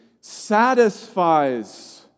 satisfies